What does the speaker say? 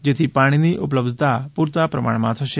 જેથી પાણીની ઉપલબ્ધતા પૂરતા પ્રમાણમાં થશે